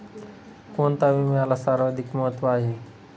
कोणता विम्याला सर्वाधिक महत्व आहे?